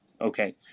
Okay